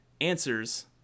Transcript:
answers